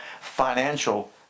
financial